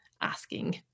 asking